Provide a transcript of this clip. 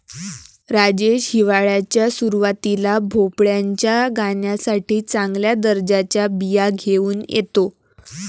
राजेश हिवाळ्याच्या सुरुवातीला भोपळ्याच्या गाण्यासाठी चांगल्या दर्जाच्या बिया घेऊन येतो